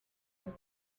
sus